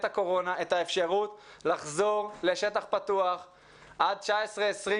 הקורונה את האפשרות לחזור לשטח פתוח עד 20-19 ילדים